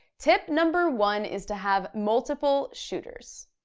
tip number one is to have multiple shooters.